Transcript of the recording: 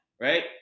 right